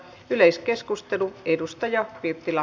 yleiskeskustelu edustaja vip tila